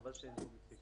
חבל שהם לא פה.